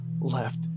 left